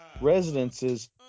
residences